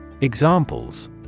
Examples